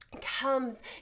comes